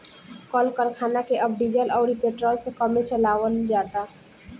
कल करखना के अब डीजल अउरी पेट्रोल से कमे चलावल जाता